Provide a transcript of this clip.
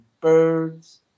birds